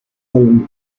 owned